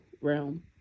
realm